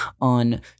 on